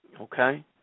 Okay